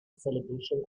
celebration